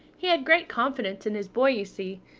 he had great confidence in his boy, you see,